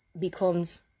becomes